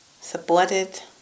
Supported